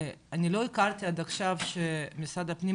אני לא הכרתי עד עכשיו שמשרד הפנים,